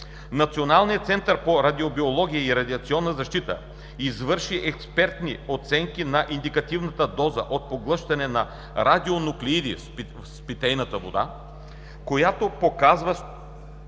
Националният център по радиобиология и радиационна защита извърши експертни оценки на индикативната доза от поглъщане на радионуклиди с питейна вода, която показва